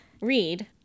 read –